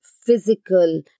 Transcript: physical